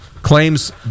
Claims